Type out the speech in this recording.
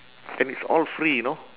and it's all free you know